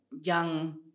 young